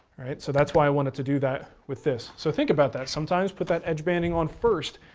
so that's why i wanted to do that with this. so think about that. sometimes put that edge banding on first,